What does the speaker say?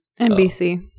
NBC